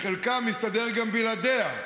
חלקם מסתדרים גם בלעדיה,